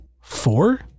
four